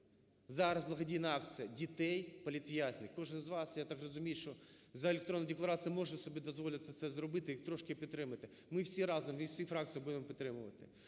зараз благодійна акція, дітей політв'язнів. Кожен з вас, я так розумію, що за електронною декларацією може собі дозволити це зробити, їх трошки підтримати. Ми всі разом, всією фракцією будемо підтримувати.